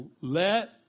Let